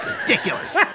Ridiculous